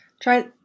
try